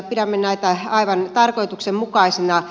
pidämme näitä aivan tarkoituksenmukaisina